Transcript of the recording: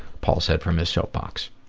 paul said from his soap box.